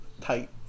Tight